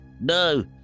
no